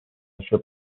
ship